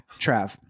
Trav